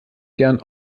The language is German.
gerne